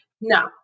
No